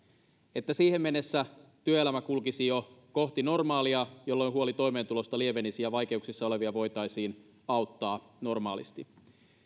että siihen mennessä työelämä kulkisi jo kohti normaalia jolloin huoli toimeentulosta lievenisi ja vaikeuksissa olevia voitaisiin auttaa normaalisti